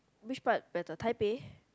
which part better Taipei